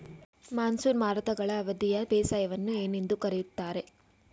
Monsoon ಮಾರುತಗಳ ಅವಧಿಯ ಬೇಸಾಯವನ್ನು ಏನೆಂದು ಕರೆಯುತ್ತಾರೆ?